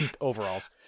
overalls